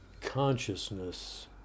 consciousness